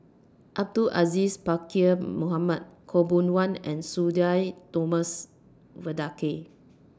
Abdul Aziz Pakkeer Mohamed Khaw Boon Wan and Sudhir Thomas Vadaketh